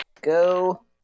go